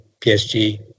PSG